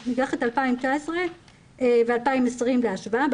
ניקח את 2019 ו-2020 בהשוואה,